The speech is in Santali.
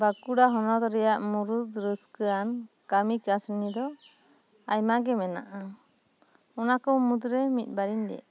ᱵᱟᱸᱠᱩᱲᱟ ᱦᱚᱱᱚᱛ ᱨᱮᱭᱟᱜ ᱢᱩᱲᱩᱫ ᱨᱟᱹᱥᱠᱟ ᱟᱱ ᱠᱟᱹᱢᱤ ᱠᱟᱹᱥᱱᱤ ᱫᱚ ᱟᱭᱢᱟ ᱜᱮ ᱢᱮᱱᱟᱜ ᱟ ᱚᱱᱟ ᱠᱚ ᱢᱩᱫᱽ ᱨᱮ ᱢᱤᱫ ᱵᱟᱨᱭᱟᱧ ᱞᱟᱹᱭᱮᱫ ᱠᱟᱱᱟ